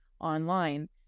online